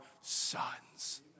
sons